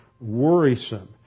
worrisome